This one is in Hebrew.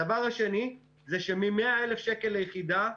הדבר השני הוא שמ-100,000 שקל ליחידה,